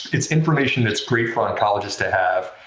it's information that's great for oncologists to have,